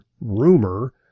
rumor